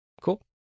Cool